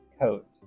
coat